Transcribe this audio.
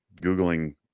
Googling